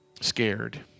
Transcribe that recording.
scared